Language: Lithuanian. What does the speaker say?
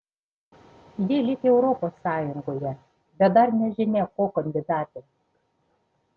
ji lyg europos sąjungoje bet dar nežinia ko kandidatė